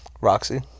Roxy